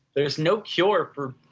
there is no cure for